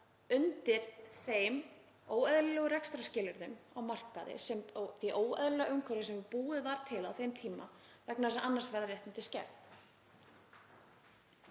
undir þeim óeðlilegu rekstrarskilyrðum á markaði, því óeðlilega umhverfi sem búið var til á þeim tíma, vegna þess að annars verða réttindi skert.